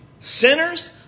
sinners